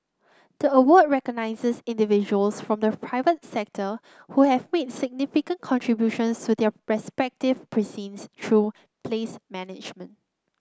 the award recognises individuals from the private sector who have made significant contributions to their respective precincts through place management